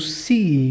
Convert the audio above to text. see